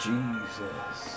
Jesus